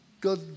God